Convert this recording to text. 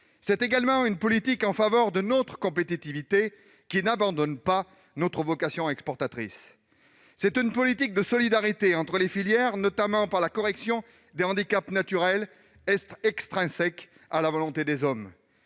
C'est une politique en faveur de notre compétitivité, qui n'abandonne pas notre vocation exportatrice. C'est une politique de solidarité entre filières, notamment par la correction des handicaps naturels extrinsèques à la volonté des hommes.